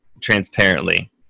transparently